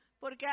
porque